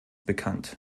bekannt